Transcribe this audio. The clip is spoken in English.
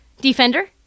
defender